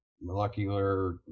molecular